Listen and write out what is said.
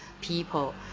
people